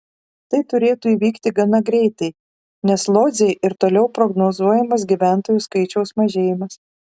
tai turėtų įvykti gana greitai nes lodzei ir toliau prognozuojamas gyventojų skaičiaus mažėjimas